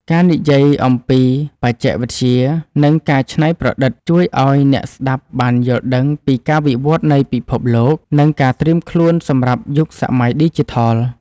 ការនិយាយអំពី បច្ចេកវិទ្យា និងការច្នៃប្រឌិត ជួយឱ្យអ្នកស្ដាប់បានយល់ដឹងពីការវិវត្តនៃពិភពលោក និងការត្រៀមខ្លួនសម្រាប់យុគសម័យឌីជីថល។